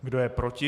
Kdo je proti?